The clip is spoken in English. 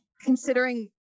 considering